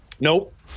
nope